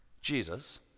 Jesus